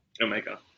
Omega